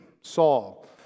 Saul